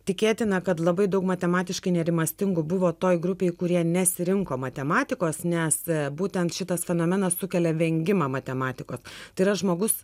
tikėtina kad labai daug matematiškai nerimastingų buvo toj grupėj kurie nesirinko matematikos nes būtent šitas fenomenas sukelia vengimą matematikos tai yra žmogus